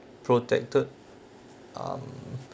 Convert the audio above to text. protected um